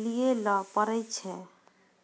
लैये ल पड़ै छै